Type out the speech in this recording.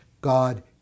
God